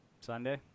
Sunday